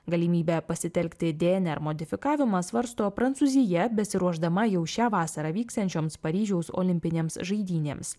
galimybę pasitelkti dnr modifikavimą svarsto prancūzija besiruošdama jau šią vasarą vyksiančioms paryžiaus olimpinėms žaidynėms